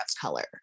color